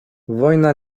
wojna